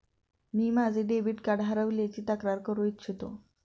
मी माझे debit card हरवल्याची तक्रार करू इच्छितो